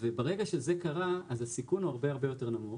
וברגע שזה קרה אז הסיכון הוא הרבה יותר נמוך